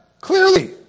clearly